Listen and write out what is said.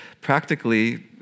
practically